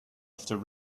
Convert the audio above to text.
after